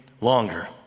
longer